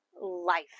life